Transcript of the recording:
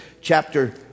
chapter